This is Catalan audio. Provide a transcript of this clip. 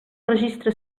registre